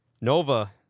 Nova